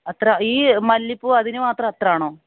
അത്ര ഈ മല്ലിപ്പൂ അതിനു മാത്രം അത്ര ആണോ